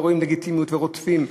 לא רואים לגיטימיות ורודפים,